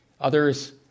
Others